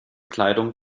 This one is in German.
kleidung